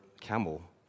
camel